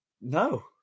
No